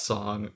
Song